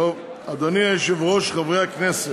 אדוני היושב-ראש, חברי הכנסת,